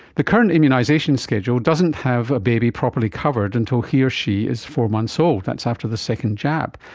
the current immunisation schedule doesn't have a baby properly covered until he or she is four months old, that's after the second jab.